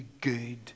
good